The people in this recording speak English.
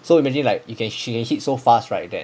so imagine like she can she can hit so fast right that